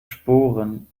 sporen